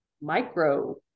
micro-